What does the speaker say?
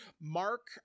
mark